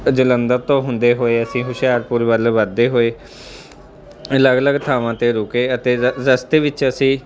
ਜਲੰਧਰ ਤੋਂ ਹੁੰਦੇ ਹੋਏ ਅਸੀਂ ਹੁਸ਼ਿਆਰਪੁਰ ਵੱਲ ਵੱਧਦੇ ਹੋਏ ਅਲੱਗ ਅਲੱਗ ਥਾਵਾਂ 'ਤੇ ਰੁਕੇ ਅਤੇ ਰ ਰਸਤੇ ਵਿੱਚ ਅਸੀਂ